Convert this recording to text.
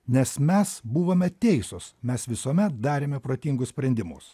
nes mes buvome teisūs mes visuomet darėme protingus sprendimus